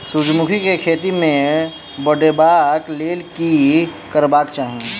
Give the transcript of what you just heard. सूर्यमुखी केँ खेती केँ बढ़ेबाक लेल की करबाक चाहि?